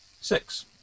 Six